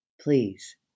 Please